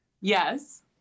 yes